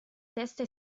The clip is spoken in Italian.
testa